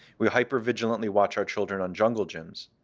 we hyper vigilantly watch our children on jungle gyms,